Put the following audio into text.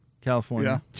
California